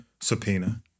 subpoena